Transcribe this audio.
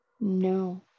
No